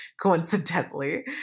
coincidentally